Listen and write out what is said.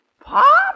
Pop